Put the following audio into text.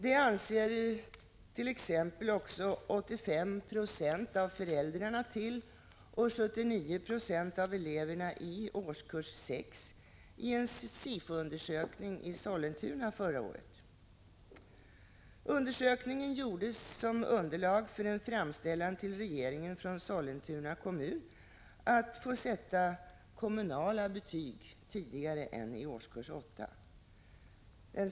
Det anser också 85 26 av föräldrarna till och 79 26 av eleverna i årskurs 6 enligt en SIFO-undersökning i Sollentuna förra året. Undersökningen gjordes som underlag för en framställan till regeringen från Sollentuna kommun att kommunalt få sätta betyg tidigare än i årskurs 8.